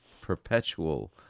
perpetual